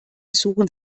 suchen